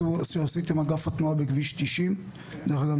שעשיתם אגף התנועה בכביש 90. דרך אגב,